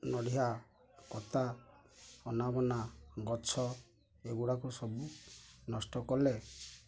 ନଡ଼ିଆ କତା ଅନାବନା ଗଛ ଏଗୁଡ଼ାକ ସବୁ ନଷ୍ଟ କଲେ